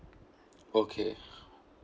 okay